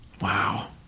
Wow